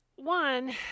One